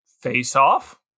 Face-off